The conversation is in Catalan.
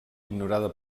ignorada